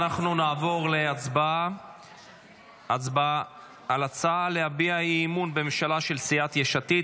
אנחנו נעבור להצבעה על ההצעה להביע אי-אמון בממשלה של סיעת יש עתיד.